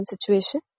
situation